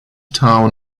town